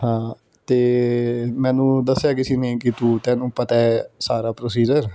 ਹਾਂ ਅਤੇ ਮੈਨੂੰ ਦੱਸਿਆ ਕਿਸੇ ਨੇ ਕਿ ਤੂੰ ਤੈਨੂੰ ਪਤਾ ਸਾਰਾ ਪ੍ਰੋਸੀਜਰ